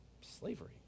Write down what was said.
Slavery